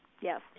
Yes